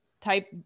type